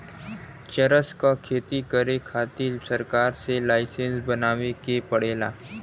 चरस क खेती करे खातिर सरकार से लाईसेंस बनवाए के पड़ेला